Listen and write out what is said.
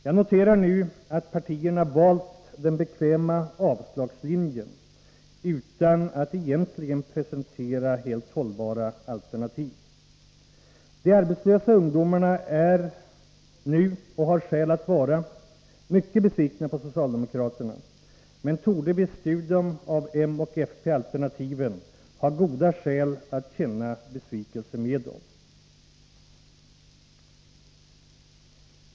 Jag noterar att dessa båda partier nu valt den bekväma avslagslinjen, utan att egentligen presentera hållbara alternativ. De arbetslösa ungdomarna är — och har skäl att vara — mycket besvikna på socialdemokraterna, men torde vid studium av moch fpalternativen ha goda skäl att känna besvikelse även med dem.